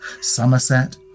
Somerset